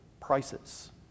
prices